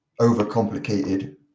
overcomplicated